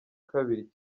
kabiri